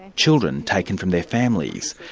children taken from their families.